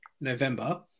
November